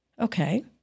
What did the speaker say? Okay